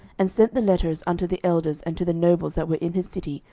and sent the letters unto the elders and to the nobles that were in his city,